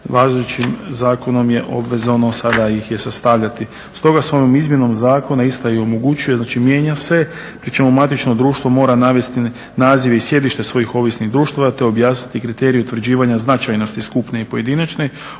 Važećim zakonom je obvezno sada ih je sastavljati. S toga s ovom izmjenom zakona ista i omogućuje, znači mijenja se pri čemu matično društvo mora navesti nazive i sjedište svojih ovisnih društava te objasniti kriterije utvrđivanja značajnosti skupne i pojedinačne,